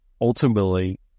ultimately